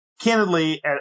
candidly